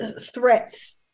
threats